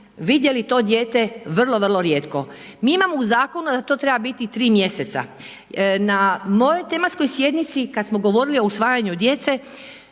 vidjeli to dijete vrlo, vrlo rijetko. Mi imamo u zakonu da to treba biti 3 mjeseca. Na mojoj tematskoj sjednici kad smo govorili o usvajanju djece,